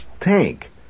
tank